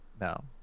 No